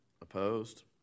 Opposed